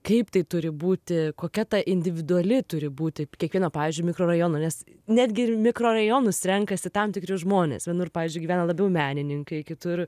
kaip tai turi būti kokia ta individuali turi būti kiekvieno pavyzdžiui mikrorajono nes netgi ir mikrorajonus renkasi tam tikri žmonės vienur pavyzdžiui gyvena labiau menininkai kitur